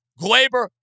Glaber